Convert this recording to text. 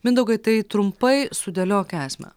mindaugai tai trumpai sudėliok esmę